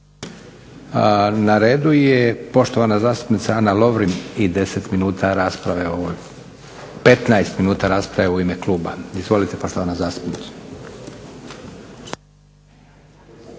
Na redu je poštovana zastupnica Ana Lovrin i 15 minuta rasprave u ime kluba. Izvolite, poštovana zastupnice.